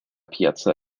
piazza